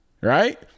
Right